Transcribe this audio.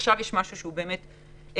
עכשיו יש משהו שהוא באמת שונה.